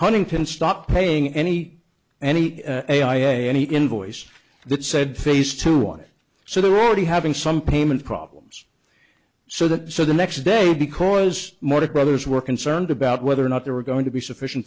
huntington stopped paying any any a i a any invoice that said face to one so they were already having some payment problems so that so the next day because mortgage brothers were concerned about whether or not there were going to be sufficient